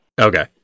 Okay